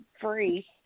free